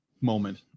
moment